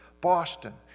Boston